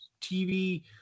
TV